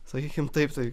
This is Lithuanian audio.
sakykim taip tai